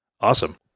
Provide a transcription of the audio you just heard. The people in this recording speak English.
Awesome